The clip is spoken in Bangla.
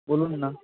বলুন না